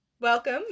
Welcome